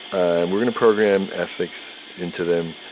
and we're gonna program ethics into them,